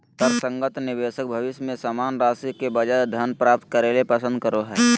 तर्कसंगत निवेशक भविष्य में समान राशि के बजाय धन प्राप्त करे ल पसंद करो हइ